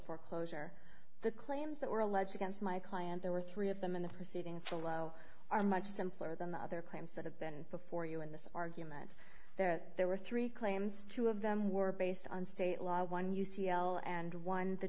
foreclosure the claims that were alleged against my client there were three of them in the proceedings below are much simpler than the other claims that have been before you in this argument there are there were three claims two of them were based on state law one u c l and one the